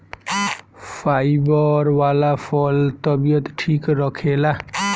fibre वाला फल तबियत ठीक रखेला